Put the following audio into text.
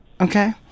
okay